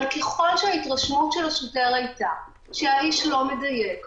אבל ככל שההתרשמות של השוטר הייתה שהאיש לא מדייק,